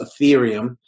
Ethereum